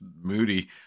moody